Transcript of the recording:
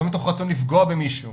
לא מתוך רצון לפגוע במישהו,